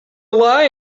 lie